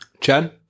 chen